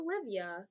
Olivia